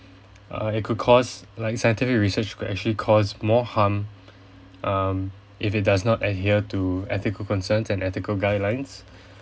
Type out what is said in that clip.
err it could cause like scientific research could actually cause more harm um if it does not adhere to ethical concern and ethical guidelines